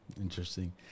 Interesting